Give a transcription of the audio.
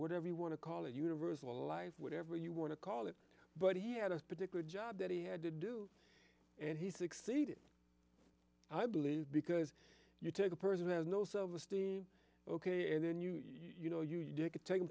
whatever you want to call it universal life whatever you want to call it but he had a particular job that he had to do and he succeeded i believe because you take a person has no self esteem ok and then you you know you do get take